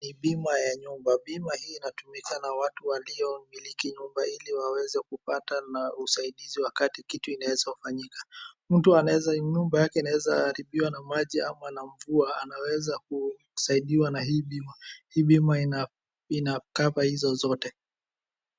Ni bima ya nyumba. Bima hii inatumika na watu walio miliki nyumba ili waweze kupata na usaidizi wakati kitu inaweza kufanyika. Mtu anaweza na nyumba yake inaweza haribiwa na maji au na mvua. Anaweza kusaidiwa na hii bima. Hii bima ina inakava hizo zote.